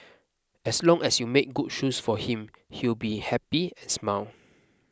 as long as you made good shoes for him he'll be happy and smile